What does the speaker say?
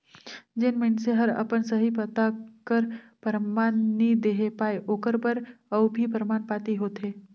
जेन मइनसे हर अपन सही पता कर परमान नी देहे पाए ओकर बर अउ भी परमान पाती होथे